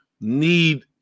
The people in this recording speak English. need